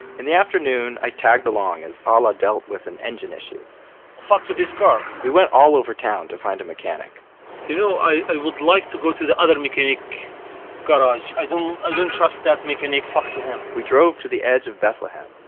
in the afternoon, i tagged along as alaa dealt with an engine issue fuck to this car we went all over town to find a mechanic you know, i would like to go to the other mechanic garage. i don't trust that mechanic. fuck to him we drove to the edge of bethlehem